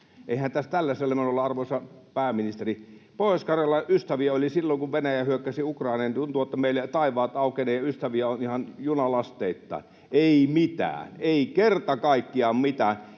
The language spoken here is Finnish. Eihän tällaisella menolla, arvoisa pääministeri... Pohjois-Karjalan ystäviä oli silloin, kun Venäjä hyökkäsi Ukrainaan: tuntui, että meillä taivaat aukenevat, ystäviä on ihan junalasteittain. Nyt ei mitään, ei kerta kaikkiaan mitään.